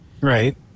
Right